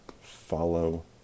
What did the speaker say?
follow